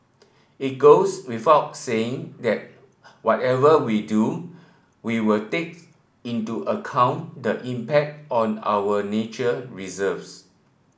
it goes without saying that whatever we do we will take into account the impact on our nature reserves